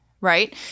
right